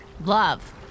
love